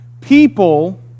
people